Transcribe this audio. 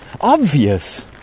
obvious